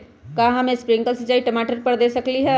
का हम स्प्रिंकल सिंचाई टमाटर पर दे सकली ह?